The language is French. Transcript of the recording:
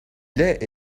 lait